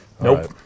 Nope